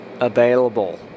available